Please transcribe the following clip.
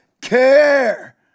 care